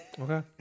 Okay